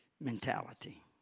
mentality